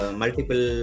multiple